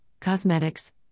cosmetics